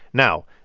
now,